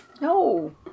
No